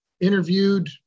interviewed